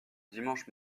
dimanche